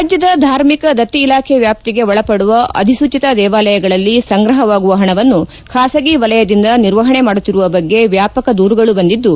ರಾಜ್ಯದ ಧಾರ್ಮಿಕ ದತ್ತಿ ಇಲಾಖೆ ವ್ಯಾಪ್ತಿಗೆ ಒಳಪಡುವ ಅಧಿಸೂಚಿತ ದೇವಾಲಯಗಳಲ್ಲಿ ಸಂಗ್ರಹವಾಗುವ ಹಣವನ್ನು ಖಾಸಗಿ ವಲಯದಿಂದ ನಿರ್ವಹಣೆ ಮಾಡುತ್ತಿರುವ ಬಗ್ಗೆ ವ್ಯಾಪಕ ದೂರುಗಳು ಬಂದಿದ್ದು